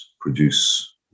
produce